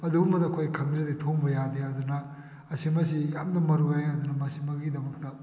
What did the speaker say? ꯑꯗꯨꯒꯨꯝꯕꯗꯣ ꯑꯩꯈꯣꯏ ꯈꯪꯗ꯭ꯔꯗꯤ ꯊꯣꯡꯕ ꯌꯥꯗꯦ ꯑꯗꯨꯅ ꯑꯁꯤꯒꯨꯝꯕꯁꯤ ꯌꯥꯝꯅ ꯃꯔꯨ ꯑꯣꯏ ꯑꯗꯨꯅ ꯃꯁꯤ ꯃꯥꯒꯤꯗꯃꯛꯇ